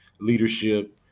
leadership